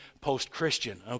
post-Christian